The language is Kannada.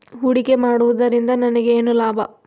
ಹೂಡಿಕೆ ಮಾಡುವುದರಿಂದ ನನಗೇನು ಲಾಭ?